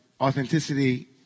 authenticity